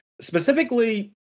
specifically –